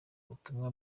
butumwa